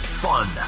fun